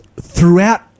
Throughout